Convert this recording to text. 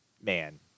man